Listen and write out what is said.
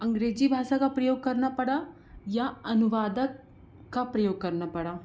अंग्रेज़ी भाषा का प्रयोग करना पड़ा या अनुवादक का प्रयोग करना पड़ा